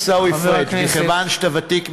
חבר הכנסת עיסאווי פריג' מכיוון שאתה ותיק ממני,